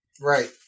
Right